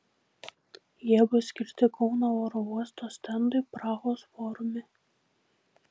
jie bus skirti kauno oro uosto stendui prahos forume